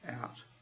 out